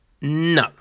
no